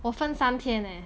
我分三天 leh